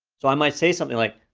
so i might say something like,